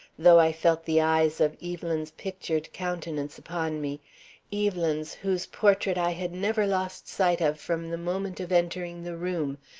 though i felt the eyes of evelyn's pictured countenance upon me evelyn's, whose portrait i had never lost sight of from the moment of entering the room,